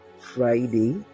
friday